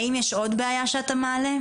האם יש עוד בעיה שאתה מעלה?